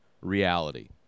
reality